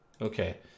Okay